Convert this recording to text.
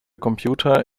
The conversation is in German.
computer